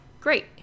great